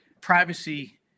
privacy